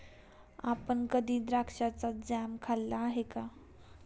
आपण कधी द्राक्षाचा जॅम खाल्ला आहे का?